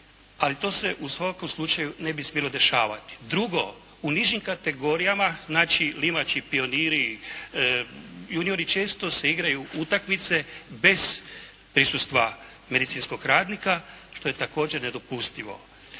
ali to se u svakom slučaju ne bi smjelo dešavati. Drugo. U nižim kategorijama, znači limači, pioniri, juniori često se igraju utakmice bez prisustva medicinskog radnika što je također nedopustivo.